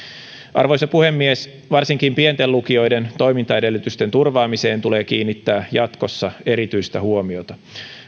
arvoisa puhemies varsinkin pienten lukioiden toimintaedellytysten turvaamiseen tulee kiinnittää jatkossa erityistä huomiota